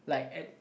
like at